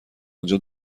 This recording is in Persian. انجا